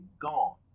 gone